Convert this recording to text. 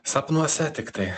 sapnuose tik tai